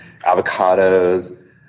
avocados